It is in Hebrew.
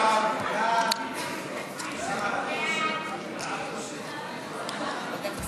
ההצעה להעביר